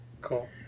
Cool